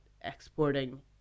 exporting